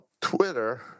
Twitter